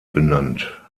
benannt